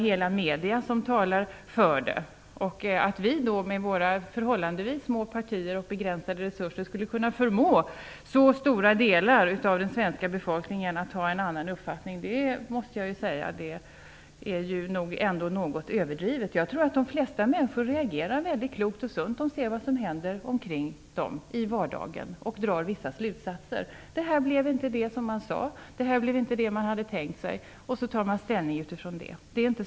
Dessutom talar medierna för det. Att vi, med våra förhållandevis små partier och begränsade resurser, skulle kunna förmå så stora delar av den svenska befolkningen att ha en annan uppfattning är nog ändå något överdrivet. Jag tror att de flesta människor reagerar klokt och sunt. De ser vad som händer omkring dem i vardagen och drar vissa slutsatser: Det blev inte vad man hade sagt. Det blev inte vad de hade tänkt sig. Sedan tar de ställning utifrån det.